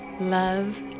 love